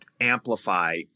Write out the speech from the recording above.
amplify